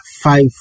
five